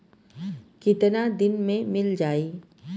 कितना दिन में मील जाई?